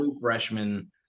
freshman